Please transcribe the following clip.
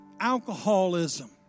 alcoholism